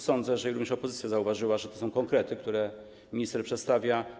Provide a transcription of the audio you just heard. Sądzę, że już opozycja zauważyła, że to są konkrety, które minister przedstawia.